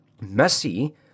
messy